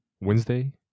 Wednesday